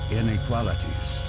inequalities